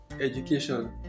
education